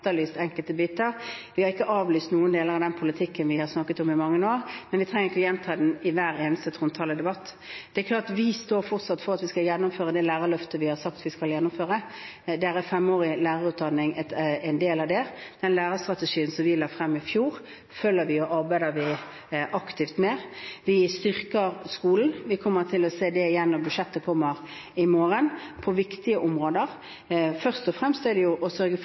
enkelte biter. Vi har ikke avlyst noen deler av den politikken vi har snakket om i mange år, men vi trenger ikke å gjenta den i hver eneste trontaledebatt. Vi står fortsatt ved at vi skal gjennomføre det lærerløftet vi har sagt vi skal gjennomføre. En femårig lærerutdanning er en del av det. Den lærerstrategien som vi la frem i fjor, følger vi og arbeider aktivt med. Vi styrker skolen – vi kommer til å se det igjen når budsjettet kommer i morgen – på viktige områder, først og fremst å sørge for